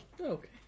Okay